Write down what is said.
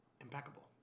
impeccable